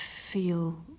feel